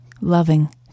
loving